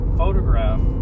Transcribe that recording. photograph